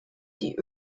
die